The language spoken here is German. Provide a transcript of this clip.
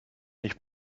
nicht